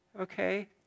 okay